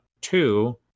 Two